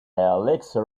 elixir